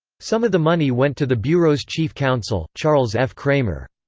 some of the money went to the bureau's chief counsel, charles f. cramer.